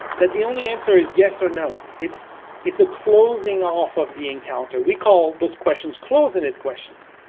that the only answer is yes or no. it's it's a closing off of the encounter. we call those questions closed-ended questions,